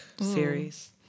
series